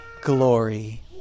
glory